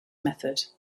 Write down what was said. method